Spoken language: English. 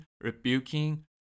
rebuking